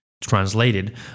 translated